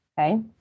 Okay